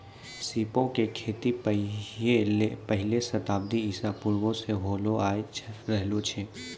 सीपो के खेती पहिले शताब्दी ईसा पूर्वो से होलो आय रहलो छै